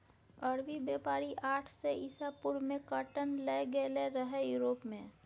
अरबी बेपारी आठ सय इसा पूर्व मे काँटन लए गेलै रहय युरोप मे